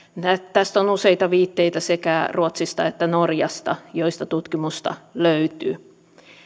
tästä on useita viitteitä sekä ruotsista että norjasta joista tutkimusta löytyy